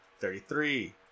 thirty-three